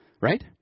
right